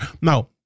Now